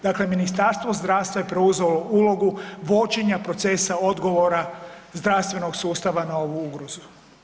Dakle, Ministarstvo zdravstva je preuzelo ulogu vođenja procesa odgovora zdravstvenog sustava na ovu ugrozu.